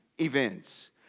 events